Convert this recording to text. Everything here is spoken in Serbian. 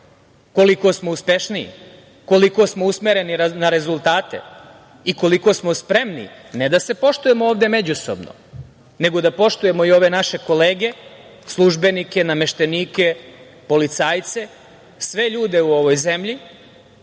koliko smo uspešniji, koliko smo usmereni na rezultate i koliko smo spremni ne da se poštujemo ovde međusobno, nego da poštujemo i ove naše kolege, službenike, nameštenike, policajce, sve ljude u ovoj zemlji,